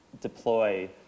deploy